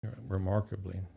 remarkably